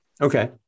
Okay